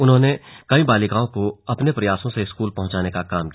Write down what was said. उन्होंने कई बालिकाओं को अपने प्रयासों से स्कूल पहुंचाने का काम किया